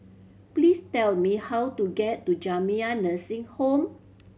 please tell me how to get to Jamiyah Nursing Home